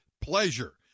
pleasure